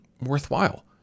worthwhile